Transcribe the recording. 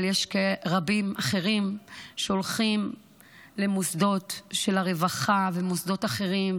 אבל יש רבים אחרים שהולכים למוסדות של הרווחה ומוסדות אחרים,